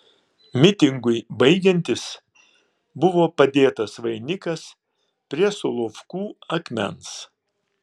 mitingui baigiantis buvo padėtas vainikas prie solovkų akmens